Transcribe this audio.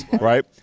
right